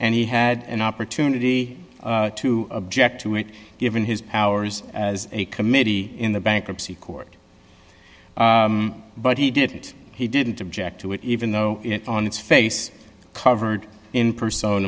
and he had an opportunity to object to it given his powers as a committee in the bankruptcy court but he did it he didn't object to it even though on its face covered in persona